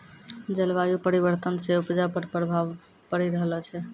जलवायु परिवर्तन से उपजा पर प्रभाव पड़ी रहलो छै